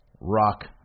Rock